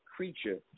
Creature